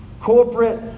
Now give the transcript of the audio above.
corporate